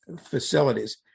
facilities